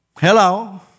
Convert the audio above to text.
Hello